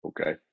Okay